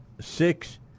six